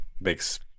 makes